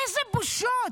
איזה בושות.